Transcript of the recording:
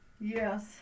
Yes